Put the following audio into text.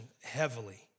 heavily